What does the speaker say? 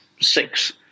Six